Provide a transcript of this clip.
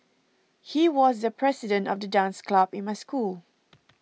he was the president of the dance club in my school